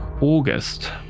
August